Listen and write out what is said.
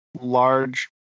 large